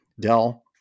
Dell